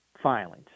filings